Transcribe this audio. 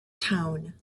town